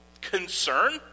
concern